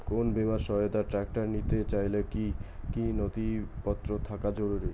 কোন বিমার সহায়তায় ট্রাক্টর নিতে চাইলে কী কী নথিপত্র থাকা জরুরি?